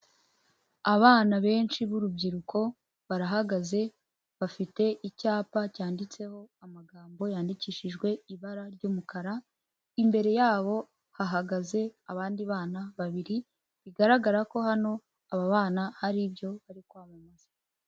Abana benshi b'urubyiruko barahagaze bafite icyapa cyanditseho amagambo yandikishijwe ibara ry'umukara, imbere yabo hahagaze abandi bana babiri bigaragara ko hano aba bana hari ibyo bari kwamamaza.